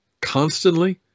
constantly